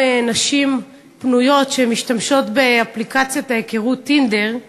נשים פנויות שמשתמשות באפליקציית ההיכרות "טינדר".